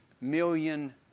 million